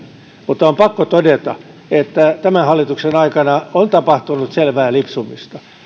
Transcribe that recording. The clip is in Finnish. mutta on pakko todeta että tämän hallituksen aikana on tapahtunut selvää lipsumista